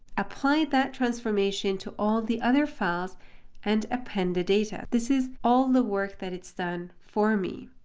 apply that transformation to all the other files and append the data. this is all the work that it's done for me.